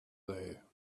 there